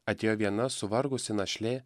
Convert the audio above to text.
atėjo viena suvargusi našlė